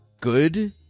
good